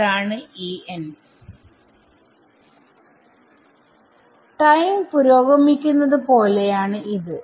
അതാണ് ടൈം പുരോഗമിക്കുന്നത് പോലെയാണ് ഇത്